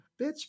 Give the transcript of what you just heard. Bitch